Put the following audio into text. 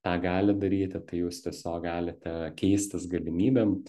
tą gali daryti tai jūs tiesiog galite keistis galimybėm